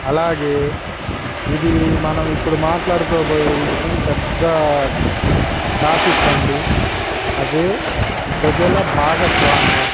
అలాగే ఇది మనం ఇప్పుడు మాట్లాడుకోబోయే విషయం పెద్ద టాపిక్ అండి అదే ప్రజల భాగస్వామ్యం